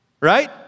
right